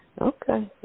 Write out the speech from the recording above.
Okay